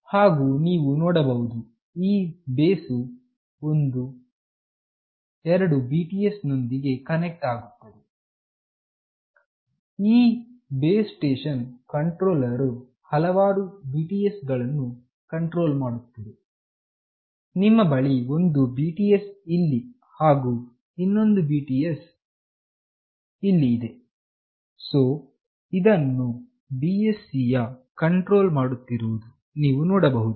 ಹಾಗು ನೀವು ನೋಡಬಹುದು ಈ ಬೇಸ್ ವು ಬಂದು ಎರಡು BTS ನೊಂದಿಗೆ ಕನೆಕ್ಟ್ ಆಗುತ್ತದೆ ಈ ಬೇಸ್ ಸ್ಟೇಷನ್ ಕಂಟ್ರೋಲರ್ ವು ಹಲವಾರು BTS ಗಳನ್ನು ಕಂಟ್ರೋಲ್ ಮಾಡುತ್ತದೆನಿಮ್ಮ ಬಳಿ ಒಂದು BTS ಇಲ್ಲಿ ಹಾಗು ಇನ್ನೊಂದು BTS ಇಲ್ಲಿ ಇದೆಸೋ ಇದನ್ನು BSC ಯು ಕಂಟ್ರೋಲ್ ಮಾಡುತ್ತಿರುವುದು ನೀವು ನೋಡಬಹುದು